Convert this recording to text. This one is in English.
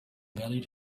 valued